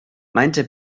meinte